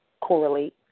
correlate